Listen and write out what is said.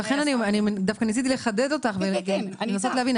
לכן דווקא ניסיתי לחדד אותך ולנסות להבין,